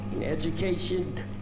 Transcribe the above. Education